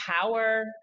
power